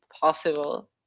possible